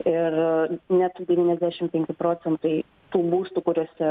ir net devyniasdešim penki procentai tų būstų kuriuose